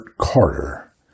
Carter